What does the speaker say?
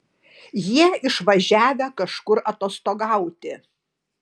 jie išvažiavę kažkur atostogauti